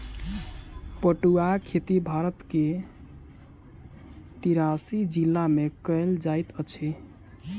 पटुआक खेती भारत के तिरासी जिला में कयल जाइत अछि